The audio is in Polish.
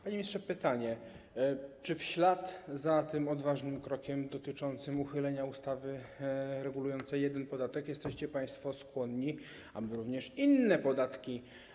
Panie ministrze, pytanie: Czy w ślad za tym odważnym krokiem dotyczącym uchylenia ustawy regulującej jeden podatek jesteście państwo skłonni, aby również uchylić inne podatki?